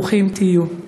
ברוכים תהיו.